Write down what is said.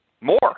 more